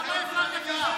למה הפרת קיזוז?